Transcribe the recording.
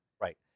Right